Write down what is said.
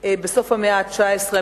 בסוף המאה ה-19,